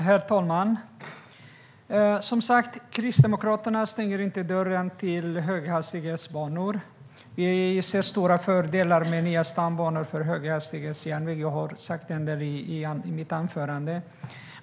Herr talman! Som sagt stänger inte Kristdemokraterna dörren till höghastighetsbanor. Vi ser stora fördelar med nya stambanor för höghastighetsjärnväg, som jag sa i mitt huvudanförande.